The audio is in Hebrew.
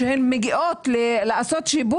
כאשר הן מגיעות לעשות שיבוץ,